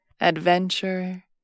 adventure